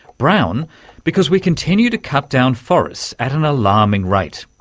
brown because we continue to cut down forests at an alarming rate.